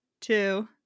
two